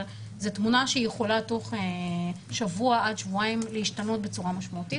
אבל זאת תמונה שיכולה תוך שבוע עד שבועיים להשתנות בצורה משמעותית,